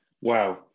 Wow